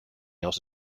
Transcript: else